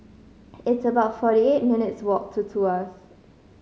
it's about forty eight minutes' walk to Tuas